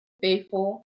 faithful